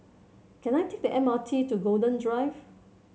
can I take the M R T to Golden Drive